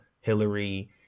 Hillary